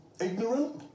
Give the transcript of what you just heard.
ignorant